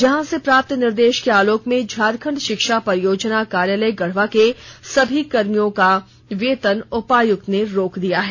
जहां से प्राप्त निर्देश के आलोक में झारखंड शिक्षा परियोजना कार्यालय गढ़वा के सभी कर्मियों का वेतन उपायुक्त ने रोक दिया है